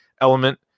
element